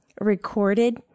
recorded